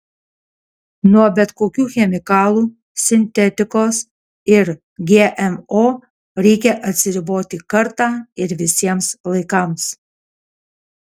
nuo bet kokių chemikalų sintetikos ir gmo reikia atsiriboti kartą ir visiems laikams